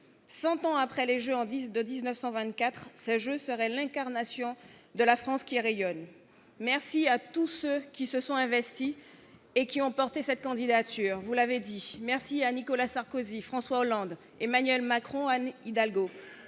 100 ans après les Jeux en guise de 1924 ça je serait l'incarnation de la France qui rayonne, merci à tous ceux qui se sont investis et qui ont porté cette candidature, vous l'avez dit merci à Nicolas Sarkozy, François Hollande, Emmanuel Macron année Hidalgo